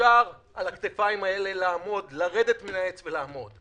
אפשר על הכתפיים האלה לרדת מן העץ ולעמוד.